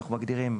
אנחנו מגדירים,